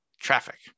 traffic